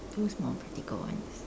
those more practical ones